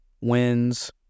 wins